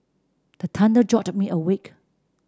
the thunder jolt me awake